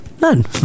none